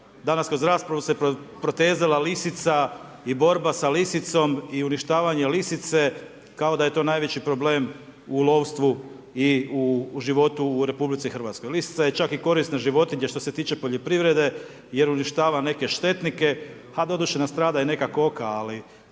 Danas kroz raspravu se protezala lisica i borba sa lisicom i uništavanje lisice kao da je to najveći problem u lovstvu i životu u RH. Lisica je čak i korisna životinja što se tiče poljoprivrede jer uništava neke štetnike a doduše nastrada i neka koka ali